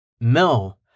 No